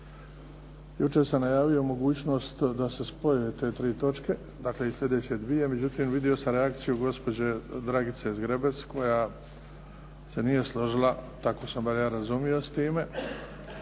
jučer sam najavio mogućnost da se spoje te tri točke, dakle i sljedeće dvije, međutim vidio sam reakciju gospođe Dragice Zgrebec koja se nije složila. Tako sam ja bar razumio s time